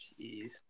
Jeez